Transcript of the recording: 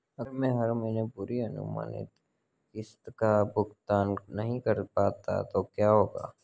अगर मैं हर महीने पूरी अनुमानित किश्त का भुगतान नहीं कर पाता तो क्या होगा?